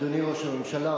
אדוני ראש הממשלה,